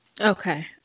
okay